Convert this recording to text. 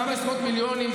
כמה עשרות מיליונים,